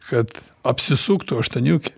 kad apsisuktų aštuoniukė